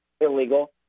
illegal